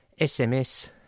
SMS